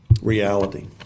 reality